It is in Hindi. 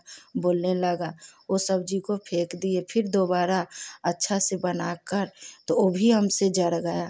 बोलने लगा उस सब्जी को फ़ेंक दिए फिर दुबारा अच्छा से बनाकर तो वह भी हमसे जल गया